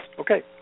Okay